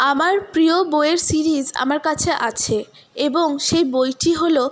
আমার প্রিয় বইয়ের সিরিজ আমার কাছে আছে এবং সেই বইটি হলো